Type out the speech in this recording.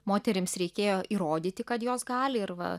moterims reikėjo įrodyti kad jos gali ir va